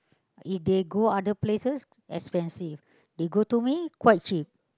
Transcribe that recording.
if they go other places expensive they go to me quite cheap